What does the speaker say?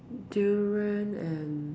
durian and